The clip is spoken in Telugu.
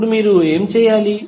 ఇప్పుడు మీరు ఏమి చేయాలి